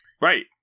Right